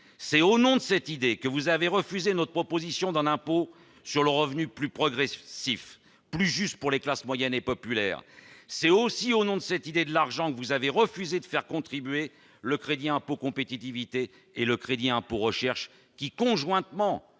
C'est au nom de ce principe que vous avez refusé notre proposition d'un impôt sur le revenu plus progressif, plus juste pour les classes moyennes et populaires. C'est aussi au nom de cette idée de l'argent que vous avez refusé de mettre à contribution le crédit d'impôt pour la compétitivité et l'emploi et le crédit d'impôt recherche, lesquels, conjointement,